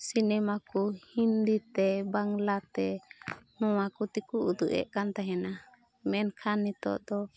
cinema ᱠᱚ ᱦᱤᱱᱫᱤᱛᱮ ᱵᱟᱝᱞᱟᱛᱮ ᱱᱚᱣᱟ ᱠᱚᱛᱮ ᱠᱚ ᱩᱫᱩᱜ ᱮᱫ ᱛᱟᱦᱮᱱᱟ ᱢᱮᱱᱠᱷᱟᱱ ᱱᱤᱛᱚᱜ ᱫᱚ